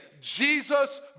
Jesus